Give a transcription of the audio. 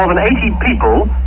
um and eighty people,